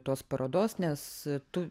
tos parodos nes tu